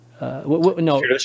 no